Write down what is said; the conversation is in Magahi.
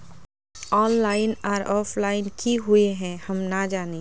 ऑनलाइन आर ऑफलाइन की हुई है हम ना जाने?